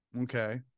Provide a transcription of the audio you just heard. Okay